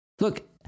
Look